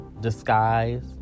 disguise